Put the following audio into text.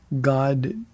God